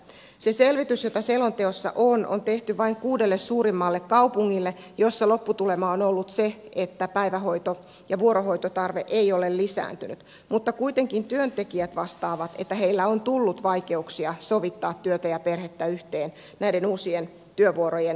se selvitys joka selonteossa on on tehty vain kuudelle suurimmalle kaupungille ja lopputulema on ollut se että päivähoito ja vuorohoitotarve ei ole lisääntynyt mutta kuitenkin työntekijät vastaavat että heillä on tullut vaikeuksia sovittaa työtä ja perhettä yhteen näiden uusien työvuorojen kautta